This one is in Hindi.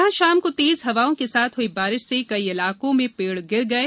यहां शाम को तेज हवाओं के साथ हुई बारिश से कई इलाकों में पेड़ गिर गये